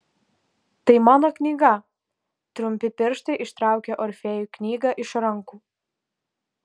tai mano knyga trumpi pirštai ištraukė orfėjui knygą iš rankų